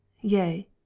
yea